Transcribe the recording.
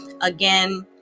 Again